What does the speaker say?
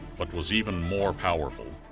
but was even more powerful,